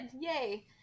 yay